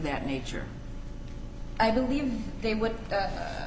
that nature i believe they